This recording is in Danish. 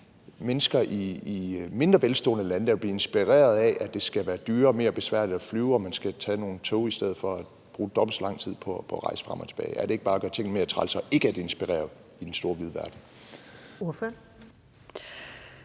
mennesker i mindre velstående lande, der vil blive inspireret af, at det skal være dyrere og mere besværligt at flyve, og at man skal tage nogle tog i stedet for og bruge dobbelt så lang tid på at rejse frem og tilbage? Er det ikke bare at gøre tingene mere træls og ikke inspirere i den store vide verden?